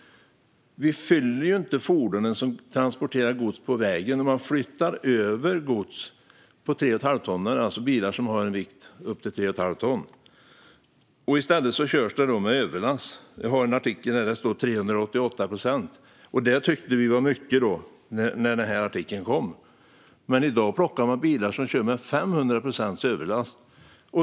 Vi fyller inte de fordon som transporterar gods på vägen. I stället flyttas gods över till tre-och-ett-halvt-tonnare, det vill säga bilar som har en vikt på upp till tre och ett halvt ton, som körs med överlast. Jag har en artikel här där det står 388 procent. Det tyckte vi var mycket när artikeln kom, men i dag plockas bilar som kör med 500 procents överlast.